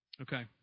Okay